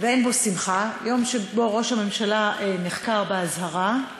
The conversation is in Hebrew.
אין בו שמחה, יום שבו ראש הממשלה נחקר באזהרה,